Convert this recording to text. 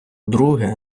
друге